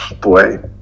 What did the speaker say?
boy